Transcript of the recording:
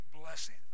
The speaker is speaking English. blessing